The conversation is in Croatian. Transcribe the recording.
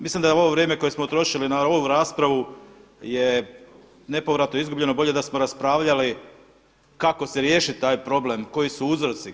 Mislim da je ovo vrijeme koje smo trošili na ovu raspravu je nepovratno izgubljeno, bolje da smo raspravljali kako se riješiti taj problem, koji su uzroci.